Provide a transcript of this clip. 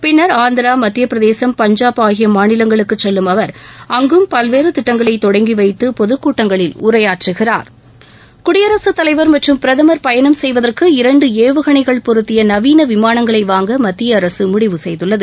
பின்னா் ஆந்திரா மத்திய பிரதேசம் பஞ்சாப் ஆகிய மாநிலங்களுக்கு செல்லும் அவா் அங்கும் பல்வேறு திட்டங்களை தொடங்கி வைத்து பொதுக்கூட்டங்களில் உரையாற்றுகிறார் குடியரசுத் தலைவர் மற்றும் பிரதமர் பயணம் செய்வதற்கு இரண்டு ஏவுகணைகள் பொருத்திய நவீன விமானங்களை வாங்க மத்திய அரசு முடிவு செய்துள்ளது